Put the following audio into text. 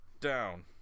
Down